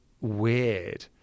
weird